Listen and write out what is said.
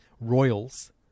Royals